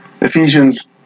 Ephesians